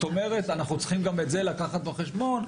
זאת אומרת אנחנו צריכים גם את זה לקחת בחשבון,